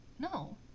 No